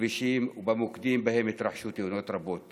הכבישים ובמוקדים שבהם התרחשו תאונות רבות